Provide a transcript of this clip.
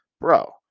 bro